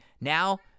Now